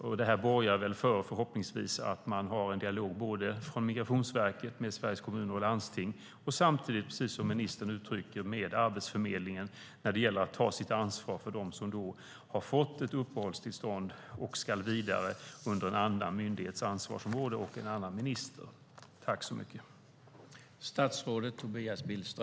Förhoppningsvis borgar detta för att man för en dialog mellan Migrationsverket och Sveriges Kommuner och Landsting och också mellan Migrationsverket och Arbetsförmedlingen när det gäller att ta ansvar för dem som har fått uppehållstillstånd och ska övergå under någon annan myndighets ansvarsområde och en annan minister.